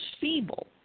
feeble